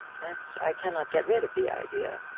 that i cannot get rid of the idea.